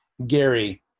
gary